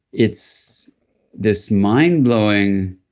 it's this mind blowing,